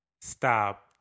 stop